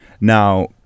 Now